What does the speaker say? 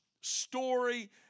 story